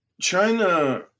China